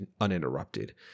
uninterrupted